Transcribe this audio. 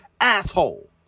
asshole